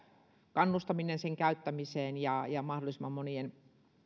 kannustaminen aikuiskoulutustuen käyttämiseen ja ja mahdollisimman monien